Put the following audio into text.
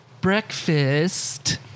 Breakfast